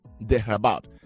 thereabout